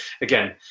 again